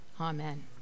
Amen